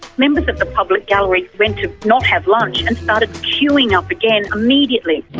members of the public gallery went to not have lunch and started queuing up again immediately.